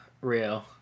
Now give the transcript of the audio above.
real